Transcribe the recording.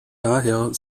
daher